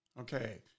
Okay